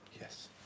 yes